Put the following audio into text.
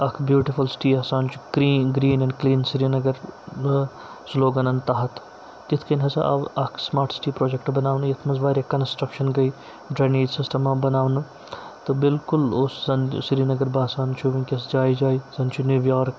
اَکھ beautiful city آسان چھُ گریٖن اینٛڈ کلیٖن سرینَگر سُلوگَنَن تحت تِتھ کٔنۍ ہسا آو اکھ سُماٹ سِٹی پروجَکٹ بَناونہٕ یَتھ منٛز واریاہ کَنسٹرٛکشَن گٔے ڈرٛنیج سِسٹَم آو بَناونہٕ تہٕ بالکُل اوس زَن سرینَگر باسان چھُ وٕنکیس جایہِ جایہِ زَن چھُ نِیویارٕک